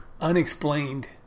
unexplained